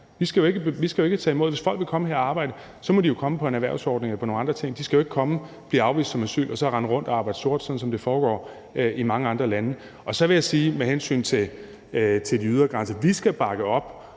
det skal være. Hvis folk vil komme her og arbejde, må de komme på en erhvervsordning eller nogle andre ting. De skal jo ikke få afslag på asyl og så rende rundt og arbejde sort, sådan som det foregår i mange andre lande. Og så vil jeg sige med hensyn til de ydre grænser: Vi skal bakke op